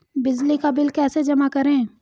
बिजली का बिल कैसे जमा करें?